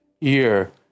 year